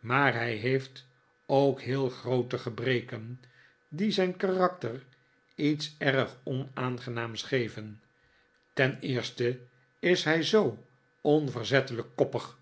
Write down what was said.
maar hij heeft ook heel groote gebreken die zijn karakter lets erg onaangenaams geven ten eerste is hij zoo onverzettelijk koppig